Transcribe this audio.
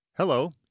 Hello